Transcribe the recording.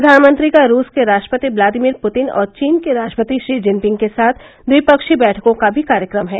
प्रधानमंत्री का रूस के राष्ट्रपति व्लादीमिर पुतिन और चीन के राष्ट्रपति शी जिनपिंग के साथ द्विपक्षीय बैठकों का भी कार्यक्रम है